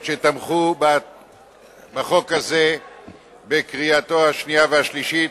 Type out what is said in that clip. שתמכו בחוק הזה בקריאתו השנייה והשלישית.